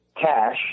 Cash